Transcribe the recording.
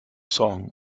song